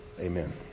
Amen